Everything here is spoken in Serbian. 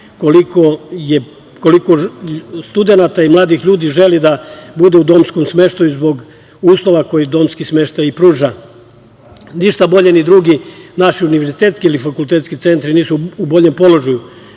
koliko studenata i mladih ljudi želi da bude u domskom smeštaju, zbog uslova koje domski smeštaj i pruža. Ništa bolje ni drugi naši univerzitetski ili fakultetski centri nisu u boljem položaju.